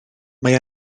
mae